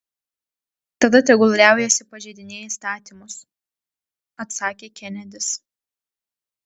tada tegul liaujasi pažeidinėję įstatymus atsakė kenedis